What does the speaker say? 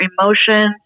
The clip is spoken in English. emotions